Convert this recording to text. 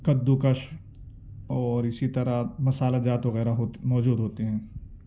کدوکش اور اسی طرح مسالہ جات وغیرہ ہوتے موجود ہوتے ہیں